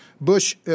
Bush